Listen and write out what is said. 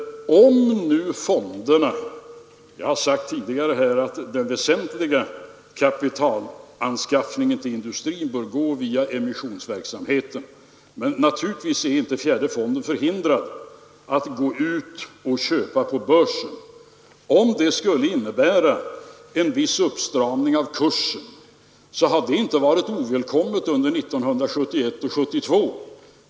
Jag har tidigare sagt att den väsentliga kapitalanskaffningen till industrin bör gå via emissionsverksamheten, men naturligtvis är inte fjärde fonden förhindrad att gå ut och köpa på börsen. Om det skulle innebära en viss uppstramning av kursen, hade det inte varit ovälkommet under 1971 och 1972.